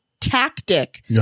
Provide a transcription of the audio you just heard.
tactic